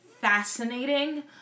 fascinating